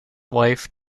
wife